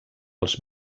els